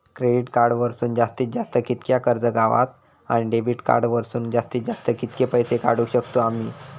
Credit card वरसून जास्तीत जास्त कितक्या कर्ज गावता, आणि डेबिट कार्ड वरसून जास्तीत जास्त कितके पैसे काढुक शकतू आम्ही?